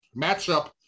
matchup